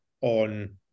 on